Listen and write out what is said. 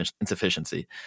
insufficiency